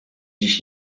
dziś